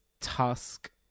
Tusk